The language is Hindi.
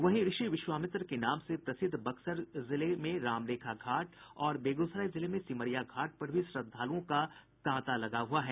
वहीं ऋषि विश्वामित्र के नाम से प्रसिद्ध बक्सर जिले में रामरेखा घाट और बेगूसराय जिले में सिमरिया घाट पर भी श्रद्धालुओं का तांता लगा हुआ है